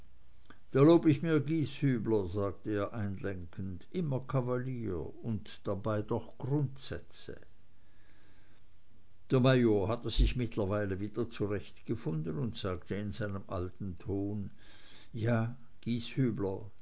lob ich mir gieshübler sagte er einlenkend immer kavalier und dabei doch grundsätze der major hatte sich mittlerweile wieder zurechtgefunden und sagte in seinem alten ton ja